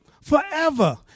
Forever